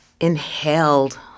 inhaled